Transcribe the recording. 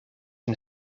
een